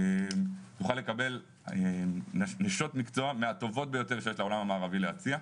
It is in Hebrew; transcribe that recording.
תוכל לקבל נשות מקצוע מהטובות ביותר שיש לעולם המערבי להציע,